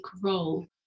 role